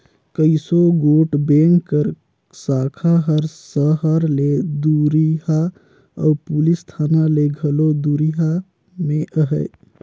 कइयो गोट बेंक कर साखा हर सहर ले दुरिहां अउ पुलिस थाना ले घलो दुरिहां में अहे